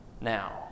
now